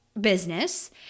business